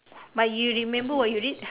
but you remember what you read